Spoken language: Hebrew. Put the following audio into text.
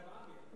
אולי בעם יהיה.